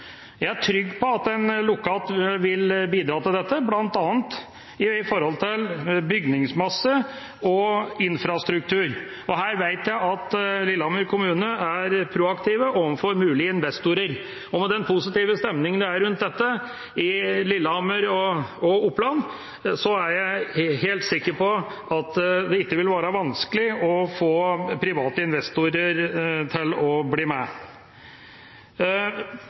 Jeg er trygg på at en lokalt vil bidra til dette, bl.a. hva gjelder bygningsmasse og infrastruktur. Her vet jeg at Lillehammer kommune er proaktive overfor mulige investorer, og med den positive stemningen det er rundt dette i Lillehammer og Oppland, er jeg helt sikker på at det ikke vil være vanskelig å få private investorer til å bli med.